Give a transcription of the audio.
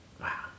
Wow